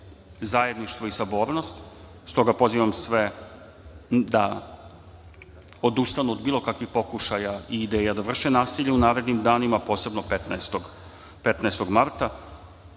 zajedništvo i sabornost. Stoga pozivam sve da odustanu od bilo kakvih pokušaja i ideja da vrše nasilje u narednim danima, posebno 15. marta.